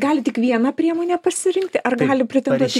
gali tik vieną priemonę pasirinkti ar gali pretenduoti